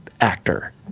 actor